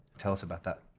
tell us about that